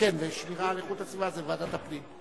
כן, ושמירה על איכות הסביבה זה ועדת הפנים.